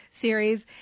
series